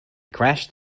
crashed